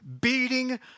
beating